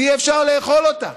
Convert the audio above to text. ואי-אפשר לאכול אותה.